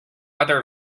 other